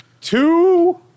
Two